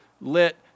lit